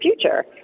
future